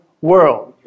world